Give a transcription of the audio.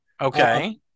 Okay